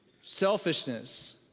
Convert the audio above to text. selfishness